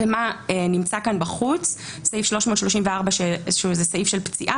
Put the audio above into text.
נמצא בחוץ סעיף 334 שהוא סעיף של פציעה